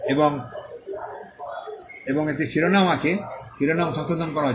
এবং একটি শিরোনাম আছে শিরোনাম সংশোধন করা হয়েছিল